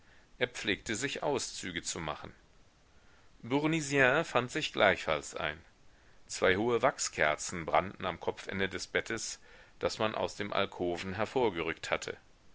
er pflegte sich auszüge zu machen bournisien fand sich gleichfalls ein zwei hohe wachskerzen brannten am kopfende des bettes das man aus dem alkoven hervorgerückt hatte